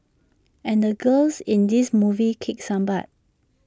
and the girls in this movie kick some butt